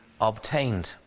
obtained